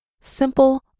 Simple